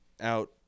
out